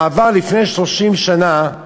בעבר, לפני 30 שנה,